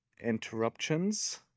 interruptions